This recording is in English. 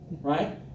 Right